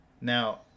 Now